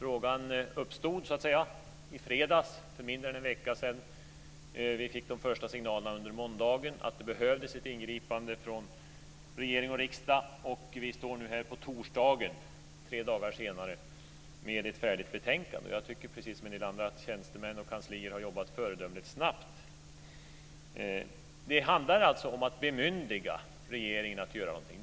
Frågan uppstod i fredags, för mindre än en vecka sedan. Vi fick under måndagen de första signalerna att det behövdes ett ingripande från regering och riksdag, och vi står nu här på torsdag, tre dagar senare, med ett färdigt betänkande. Jag tycker, precis som en del andra, att tjänstemän och kanslier har jobbat föredömligt snabbt. Det handlar alltså om att bemyndiga regeringen att göra någonting.